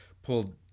Pulled